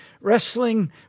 wrestling